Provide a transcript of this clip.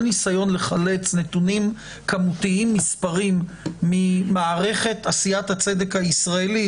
כל ניסיון לחלץ נתונים כמותיים-מספריים ממערכת עשיית הצדק הישראלית,